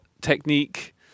technique